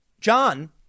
John